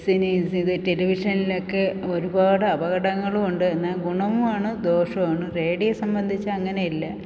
cinema ഇത് ടെലിവിഷനിലൊക്കെ ഒരുപാട് അപകടങ്ങളുമുണ്ട് എന്നാൽ ഗുണവുമാണ് ദോഷവുമാണ് റേഡിയോ സംബന്ധിച്ച് അങ്ങനെയല്ല